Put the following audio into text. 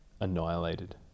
annihilated